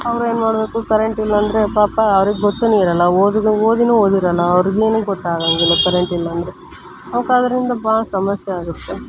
ಅವ್ರೇನು ಮಾಡಬೇಕು ಕರೆಂಟಿಲ್ಲ ಅಂದರೆ ಪಾಪ ಅವ್ರಿಗೆ ಗೊತ್ತುನು ಇರಲ್ಲ ಓದುಗಂಗೆ ಓದಿನು ಓದಿರಲ್ಲ ಅವರಿಗೇನು ಗೊತ್ತಾಗಂಗಿಲ್ಲ ಕರೆಂಟ್ ಇಲ್ಲ ಅಂದರೆ ಅವ್ಕ್ ಅದರಿಂದ ಭಾಳ ಸಮಸ್ಯೆಯಾಗುತ್ತೆ